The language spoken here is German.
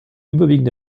überwiegende